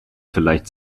vielleicht